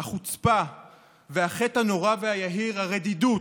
החוצפה והחטא הנורא והיהיר, הרדידות,